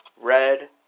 Red